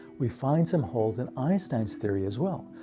we find some holes in einstein's theory as well,